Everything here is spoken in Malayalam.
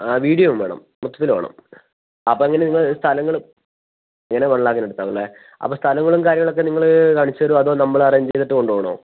ആ വീഡിയോയും വേണം മൊത്തത്തിൽ വേണം അപ്പം എങ്ങനെയാണ് നിങ്ങൾ സ്ഥലങ്ങൾ എങ്ങനെ വൺ ലാക്കിനടുത്താകും അല്ലേ അപ്പം സ്ഥലങ്ങളും കാര്യങ്ങളൊക്കെ നിങ്ങൾ കാണിച്ച് തരുവോ അതോ നമ്മൾ അറേഞ്ച് ചെയ്തിട്ട് കൊണ്ട് പോവണോ